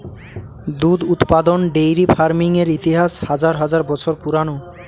দুধ উৎপাদন dairy farming এর ইতিহাস হাজার হাজার বছর পুরানো